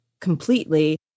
completely